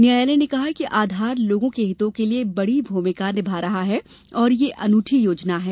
न्यायालय ने कहा कि आधार लोगों के हितों के लिए बडी भुमिका निभा रहा है और यह योजना अनुठी है